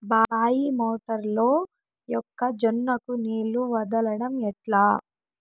బాయి మోటారు లో మొక్క జొన్నకు నీళ్లు వదలడం ఎట్లా?